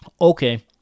Okay